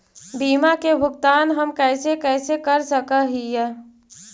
बीमा के भुगतान हम कैसे कैसे कर सक हिय?